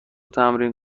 تمرین